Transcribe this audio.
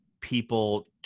people